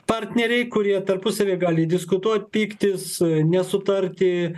partneriai kurie tarpusavyje gali diskutuot pyktis nesutarti